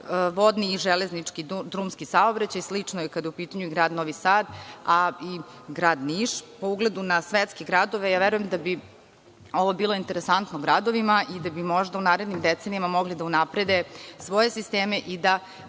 vodni i železnički, drumski saobraćaj. Slično je i kada je u pitanju i grad Novi Sad, a i grad Niš. Po ugledu na svetske gradove, verujem da bi ovo bilo interesantno gradovima i da bi možda u narednim decenijama mogli da unaprede svoje sisteme i da